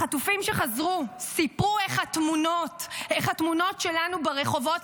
החטופים שחזרו סיפרו איך התמונות שלנו ברחובות